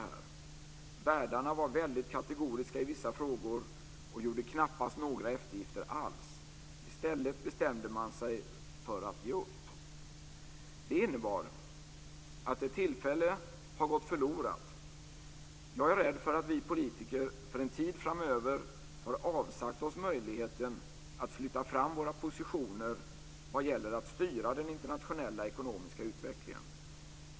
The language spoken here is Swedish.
Värdarna var väldigt kategoriska i vissa frågor och gjorde knappast några eftergifter alls. I stället bestämde man sig för att ge upp. Det innebar att ett tillfälle har gått förlorat. Jag är rädd för att vi politiker för en tid framöver har avsagt oss möjligheten att flytta fram våra positioner vad gäller att styra den internationella ekonomiska utvecklingen.